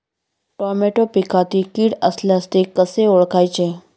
Tomato पिकातील कीड असल्यास ते कसे ओळखायचे?